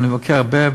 ואני מבקר הרבה,